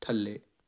ਥੱਲੇ